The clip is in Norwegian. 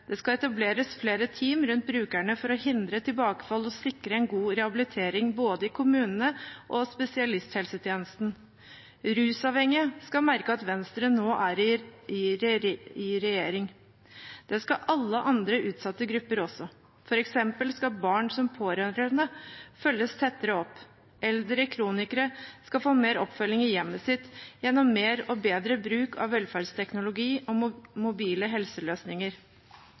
ettervern skal bli bedre, det skal etableres flere team rundt brukerne for å hindre tilbakefall og sikre en god rehabilitering, i både kommunene og spesialisthelsetjenesten. Rusavhengige skal merke at Venstre nå er i regjering. Det skal alle andre utsatte grupper også. For eksempel skal barn som pårørende følges tettere opp. Eldre kronikere skal få mer oppfølging i hjemmet sitt gjennom mer og bedre bruk av velferdsteknologi og mobile helseløsninger.